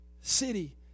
city